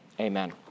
amen